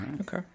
Okay